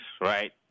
right